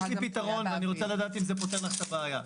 יש לי פתרון ואני רוצה לדעת אם זה פותר לך את הבעיה.